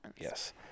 Yes